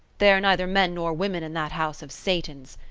there are neither men nor women in that house of satan's!